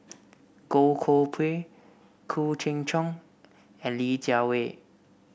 Goh Koh Pui Khoo Cheng Tiong and Li Jiawei